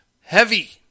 Heavy